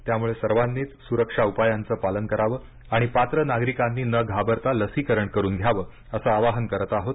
त्यामुळे सर्वानीच सुरक्षा उपायांचं पालन करावं आणि पात्र नागरिकांनी न घाबरता लसीकरण करून घ्यावं असं आवाहन करत आहोत